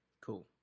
Cool